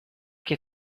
che